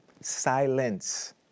Silence